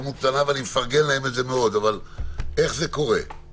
ואז זה אומר שאם הרופאה המחוזית תמליץ